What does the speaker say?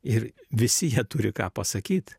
ir visi jie turi ką pasakyt